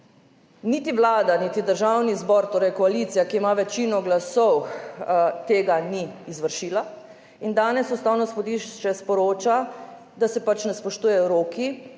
niti Vlada niti Državni zbor, torej koalicija, ki ima večino glasov, tega ni izvršila. In danes Ustavno sodišče sporoča, da se ne spoštuje roka,